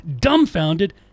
dumbfounded